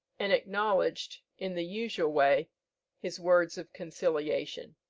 and acknowledged in the usual way his words of conciliation.